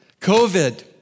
COVID